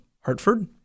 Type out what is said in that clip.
Hartford